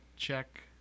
check